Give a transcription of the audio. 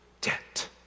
debt